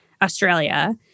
Australia